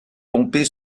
pompée